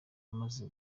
amaze